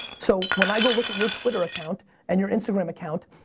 so, when i go look at your twitter account, and your instagram account,